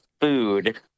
food